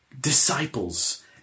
disciples